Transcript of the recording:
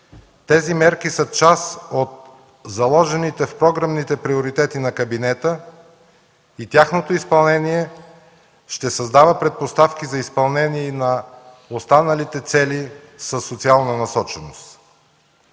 Тези мерки са част от заложените в програмата приоритети на кабинета и тяхното изпълнение ще създава предпоставки за изпълнение и на останалите цели със социална насоченост.